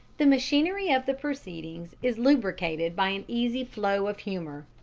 the machinery of the proceedings is lubricated by an easy flow of humour.